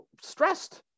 stressed